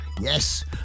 Yes